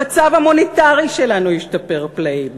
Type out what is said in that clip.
המצב המוניטרי שלנו ישתפר פלאים.